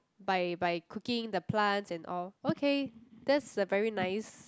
by by cooking the plants and all okay that's a very nice